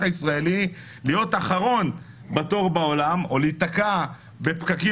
הישראלי להיות אחרון בתור בעולם או להיתקע בפקקים